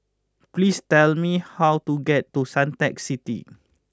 please tell me how to get to Suntec City